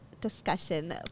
discussion